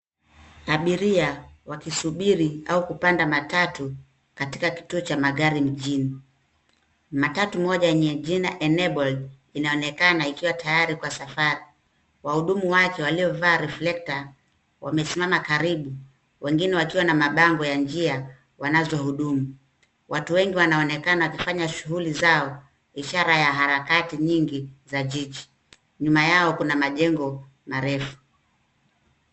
Abiria wakisubiri au kupanda matatu katika kituo cha magari mjini. Matatu moja yenye jina (Enable) inaonekana ikiwa tayari kwa safari. Wahudumu wake waliovaa reflekta wamesimama karibu, wengine wakiwa na mabango ya njia wanazohudumu. Watu wengi wanaonekana wakifanya shughuli zao, ishara ya harakati nyingi za jiji. Nyuma yao kuna majengo marefu.